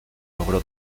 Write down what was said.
logró